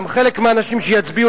גם חלק מהאנשים שיצביעו,